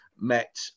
met